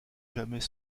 jamais